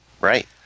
right